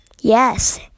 Yes